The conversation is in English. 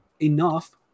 Enough